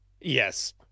Yes